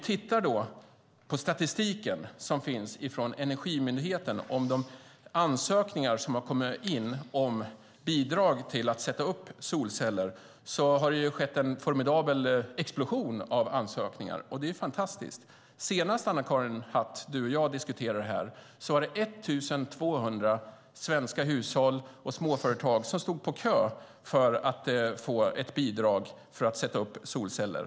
Enligt statistiken från Energimyndigheten över ansökningar som kommit in om bidrag till att sätta upp solceller har det skett en formidabel explosion av ansökningar, vilket är fantastiskt. Senast Anna-Karin Hatt och jag diskuterade detta var det 1 200 svenska hushåll och småföretag som stod på kö för att få bidrag för att sätta upp solceller.